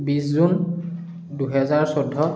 বিছ জুন দুহেজাৰ চৈধ্য